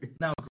Now